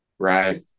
Right